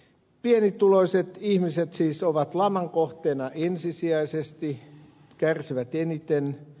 pienituloiset ihmiset siis ovat laman kohteena ensisijaisesti kärsivät eniten